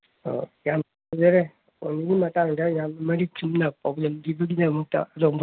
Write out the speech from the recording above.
ꯑꯣ ꯌꯥꯝ ꯅꯨꯡꯉꯥꯏꯖꯔꯦ ꯄꯣꯅꯤꯒꯤ ꯃꯇꯥꯡꯗ ꯌꯥꯝ ꯃꯔꯤꯛ ꯆꯨꯝꯅ ꯄꯥꯎꯗꯝꯕꯤꯕꯒꯤꯗꯃꯛꯇ ꯑꯗꯣꯝꯕꯨ ꯊꯥꯒꯠꯆꯔꯤ